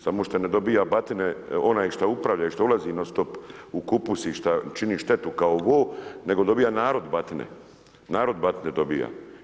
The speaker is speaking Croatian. Samo što ne dobiva batine onaj što upravlja i šta ulazi non stop u kupus i šta čini štetu kao vo nego dobiva narod batine, narod batine dobiva.